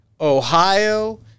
Ohio